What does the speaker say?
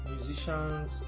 Musicians